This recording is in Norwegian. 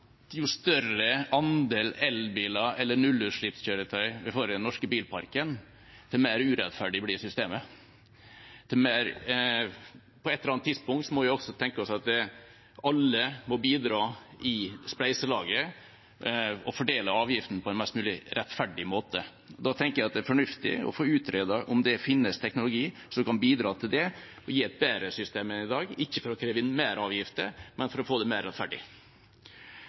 alle må bidra i spleiselaget, og vi må fordele avgiftene på en mest mulig rettferdig måte. Da tenker jeg at det er fornuftig å få utredet om det finnes teknologi som kan bidra til det, gi et bedre system enn i dag – ikke for å kreve inn mer i avgifter, men for å få det mer